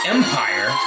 Empire